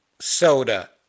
soda